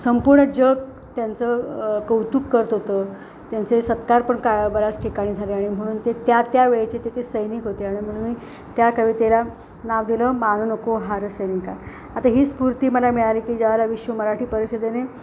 संपूर्ण जग त्यांचं कौतुक करत होतं त्यांचे सत्कार पण का बऱ्याच ठिकाणी झाले आणि म्हणून ते त्या त्या वेळेचे ते ते सैनिक होते आणि म्हणून मी त्या कवितेला नाव दिलं मानू नको हार सैनिका आता हीच स्फूर्ती मला मिळाली की ज्याला विश्व मराठी परिषदेने